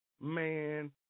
Man